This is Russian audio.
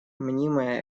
мнимая